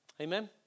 Amen